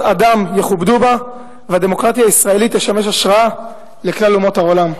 זכויות אדם יכובדו בה והדמוקרטיה הישראלית תשמש השראה לכלל אומות העולם.